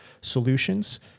solutions